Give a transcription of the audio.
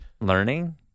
learning